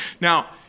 Now